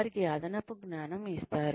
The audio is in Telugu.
వారికి అదనపు జ్ఞానం ఇస్తారు